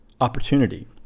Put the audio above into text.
opportunity